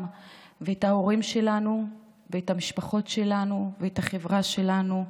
את ההורים שלנו ואת המשפחות שלנו ואת החברה שלנו,